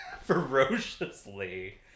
Ferociously